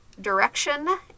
Direction